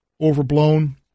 Overblown